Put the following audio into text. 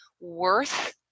worth